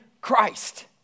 Christ